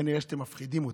כנראה שאתם מפחידים אותו.